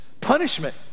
punishment